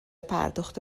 پرداخت